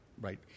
right